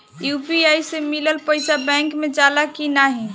UPI से मिलल पईसा बैंक मे जाला की नाहीं?